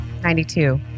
92